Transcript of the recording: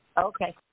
Okay